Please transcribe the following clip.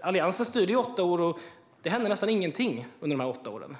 Alliansen styrde i åtta år, och det hände nästan ingenting under de åtta åren.